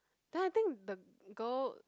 then I think the girl